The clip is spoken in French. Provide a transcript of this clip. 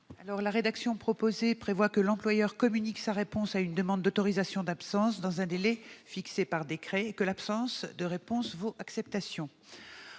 la rédaction proposée, l'employeur communique sa réponse à une demande d'autorisation d'absence dans un délai fixé par décret et l'absence de réponse vaut acceptation.